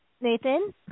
Nathan